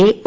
A O